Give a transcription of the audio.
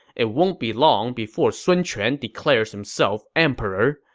it won't be long before sun quan declares himself emperor.